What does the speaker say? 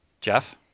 Jeff